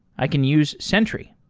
i can use sentry.